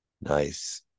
Nice